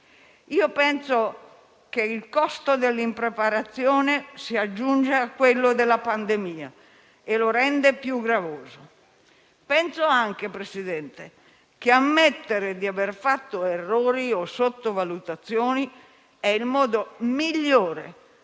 Io penso che il costo dell'impreparazione si aggiunge a quello della pandemia e lo rende più gravoso. Penso anche, presidente Conte, che ammettere di aver fatto errori o sottovalutazioni sia il modo migliore